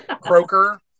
Croker